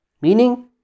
Meaning